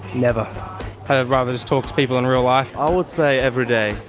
never. i'd rather just talk to people in real life. i would say every day,